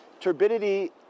Turbidity